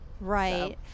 Right